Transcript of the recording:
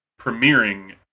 premiering